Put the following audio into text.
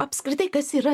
apskritai kas yra